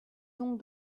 donc